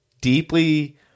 deeply